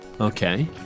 Okay